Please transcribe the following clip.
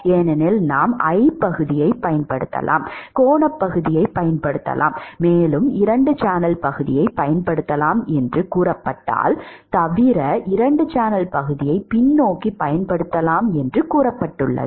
ஏனெனில் நாம் I பகுதியைப் பயன்படுத்தலாம் கோணப் பகுதியைப் பயன்படுத்தலாம் மேலும் 2 சேனல் பகுதியைப் பயன்படுத்தலாம் என்று கூறப்பட்டால் தவிர 2 சேனல் பகுதியைப் பின்னோக்கி பயன்படுத்தலாம் என்று கூறப்பட்டுள்ளது